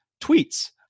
tweets